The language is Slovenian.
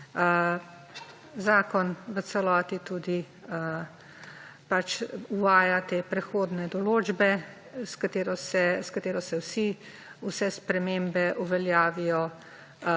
Zakon v celoti tudi uvaja te prehodne določbe, s katero se vsi, vse spremembe uveljavijo